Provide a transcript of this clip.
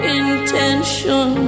intention